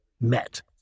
met